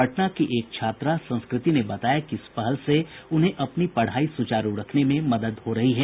पटना की एक छात्रा संस्कृति ने बताया कि इस पहल से उन्हें अपनी पढ़ाई सुचारू रखने में मदद हो रही है